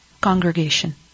congregation